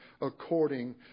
according